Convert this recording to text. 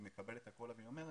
היא מקבלת הכול בגלל